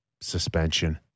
suspension